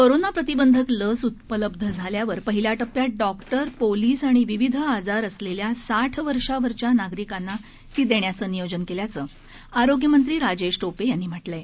corona प्रतिबंधक लस उपलब्ध झाल्यावर पहिल्या टप्प्यात डॉक्टर पोलीस आणि विविध आजार असलेल्या साठ वर्षांवरील नागरिकांना देण्याचं नियोजन केल्याचं आरोग्यमंत्री राजेश टोपे यांनी म्हटलं आहे